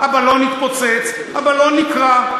הבלון התפוצץ, הבלון נקרע.